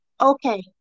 okay